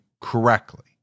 correctly